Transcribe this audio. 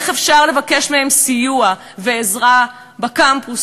איך אפשר לבקש מהם סיוע ועזרה בקמפוסים,